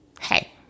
hey